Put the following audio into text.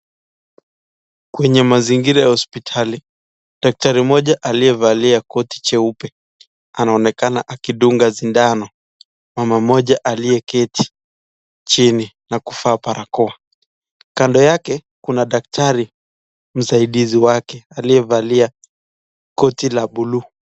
Kwenye mazingira ya hospitali, daktari mmoja aliye valia koti jeupe, anaonekana akidunga sindana mama Moja aliye keti chini na kuvaa barakoa. Kando yake Kuna daktari msaidizi wake, aliye valia koti la bulu.